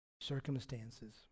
circumstances